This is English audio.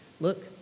look